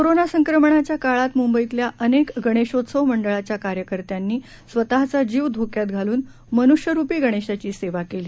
corona संक्रमणाच्या काळात मुंबईतल्या अनेक गणेशोत्सव मंडळांच्या कार्यकर्त्यांनी स्वतःचा जीव धोक्यात घालून मनुष्यरुपी गणेशाची सेवा केली